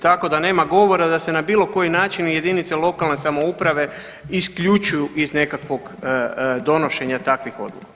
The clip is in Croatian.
Tako da nema govora da se na bilo koji način jedinice lokalne samouprave isključuju iz nekakvog donošenja takvih odluka.